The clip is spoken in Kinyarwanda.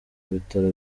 bitaro